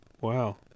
Wow